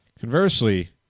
Conversely